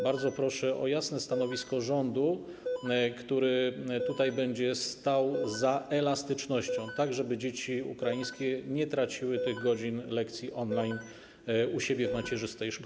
Bardzo proszę o jasne stanowisko rządu, który będzie stał za elastycznością, tak żeby dzieci ukraińskie nie traciły godzin lekcji on-line u siebie w macierzystej szkole.